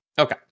okay